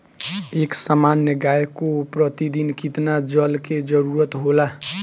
एक सामान्य गाय को प्रतिदिन कितना जल के जरुरत होला?